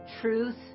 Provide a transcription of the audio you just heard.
truth